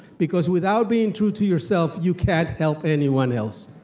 because without being true to yourself, you can't help anyone else.